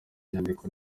nyandiko